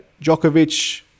Djokovic